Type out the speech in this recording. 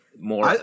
more